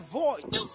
voice